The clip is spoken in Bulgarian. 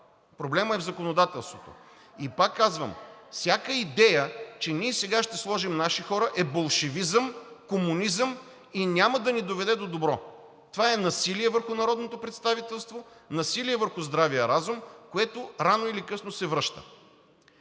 проблемът е в законодателството. И пак казвам, всяка идея, че ние сега ще сложим наши хора, е болшевизъм, комунизъм и няма да ни доведе до добро. Това е насилие върху народното представителство, насилие върху здравия разум, което рано или късно се връща.